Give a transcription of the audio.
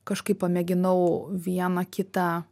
kažkaip pamėginau vieną kitą